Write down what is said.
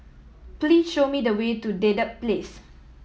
please show me the way to Dedap Place